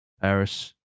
Paris